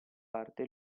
parte